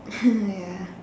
ya